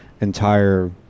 entire